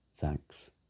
Thanks